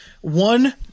One